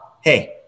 hey